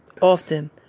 often